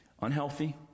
unhealthy